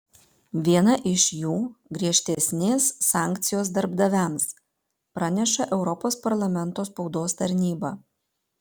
viena iš jų griežtesnės sankcijos darbdaviams praneša europos parlamento spaudos tarnyba